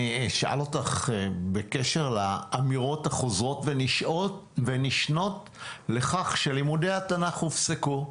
אני אשאל אותך בקשר לאמירות החוזרות ונשנות לכך שלימודי התנ"ך הופסקו.